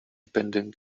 pending